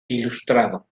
ilustrado